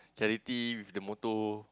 charity with the motor